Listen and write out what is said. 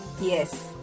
Yes